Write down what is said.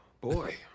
Boy